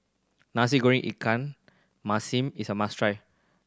Nasi Goreng ikan masin is a must try